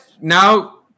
now